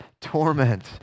torment